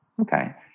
Okay